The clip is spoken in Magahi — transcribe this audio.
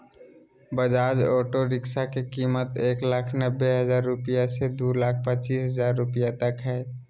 बजाज ऑटो रिक्शा के कीमत एक लाख नब्बे हजार रुपया से दू लाख पचीस हजार रुपया तक हइ